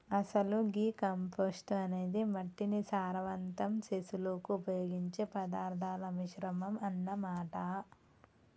అసలు గీ కంపోస్టు అనేది మట్టిని సారవంతం సెసులుకు ఉపయోగించే పదార్థాల మిశ్రమం అన్న మాట